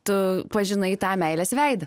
tu pažinai tą meilės veidą